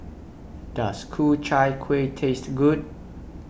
Does Ku Chai Kuih Taste Good